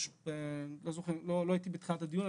אני לא הייתי בתחילת הדיון,